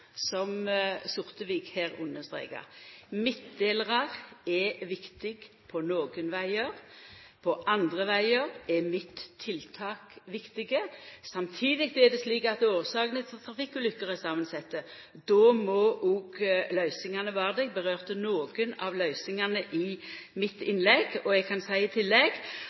som Sortevik her understrekar, midtdelarar er viktige på nokre vegar. På andre vegar er midttiltak viktige. Samtidig er det slik at årsakene til trafikkulykker er samansette. Då må òg løysingane vera det. Eg var inne på nokre av løysingane i mitt innlegg, og eg kan seia i tillegg